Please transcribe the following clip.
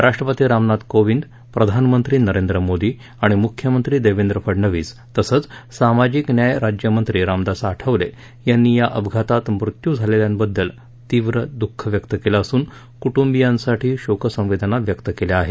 राष्ट्रपती रामनाथ कोविंद प्रधानमंत्री नरेंद्र मोदी आणि मुख्यमंत्री देवेंद्र फडणवीस तसंच सामाजिक न्याय राज्यमंत्री रामदास आठवले यांनी या अपघातात मृत्यू झालेल्यांबद्दल तीव्र दुःख व्यक्त केलं असून कुटुंबियांसाठी शोकसंवेदना व्यक्त केल्या आहेत